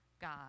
God